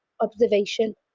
observation